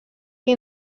que